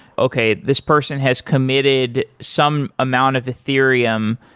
okay this person has committed some amount of ethereum,